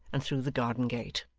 and through the garden-gate.